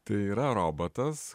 tai yra robotas